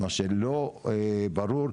מה שלא ברור,